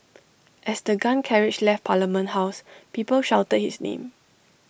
as the gun carriage left parliament house people shouted his name